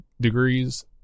degrees